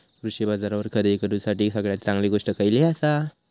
कृषी बाजारावर खरेदी करूसाठी सगळ्यात चांगली गोष्ट खैयली आसा?